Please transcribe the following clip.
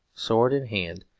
sword in hand,